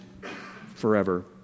forever